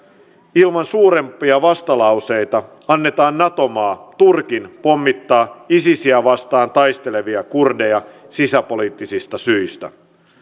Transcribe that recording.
ilman suurempia vastalauseita annetaan nato maa turkin pommittaa isisiä vastaan taistelevia kurdeja sisäpoliittisista syistä